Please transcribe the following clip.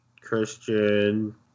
christian